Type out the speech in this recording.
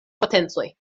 potencoj